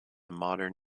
modern